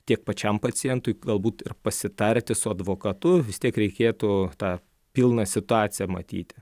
tiek pačiam pacientui galbūt ir pasitarti su advokatu vis tiek reikėtų tą pilną situaciją matyti